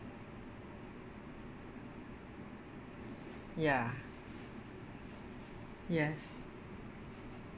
ya yes